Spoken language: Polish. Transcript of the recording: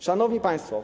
Szanowni Państwo!